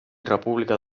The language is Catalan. república